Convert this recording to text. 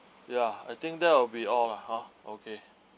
ya I think that will be all lah hor okay